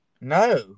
No